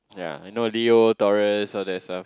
yea you know Leo Taurus or that stuff